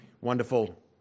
wonderful